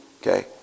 Okay